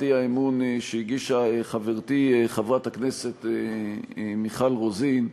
האי-אמון שהגישה חברתי חברת הכנסת מיכל רוזין,